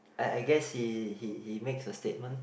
I I guess he he he makes a statement